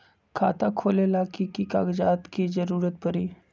खाता खोले ला कि कि कागजात के जरूरत परी?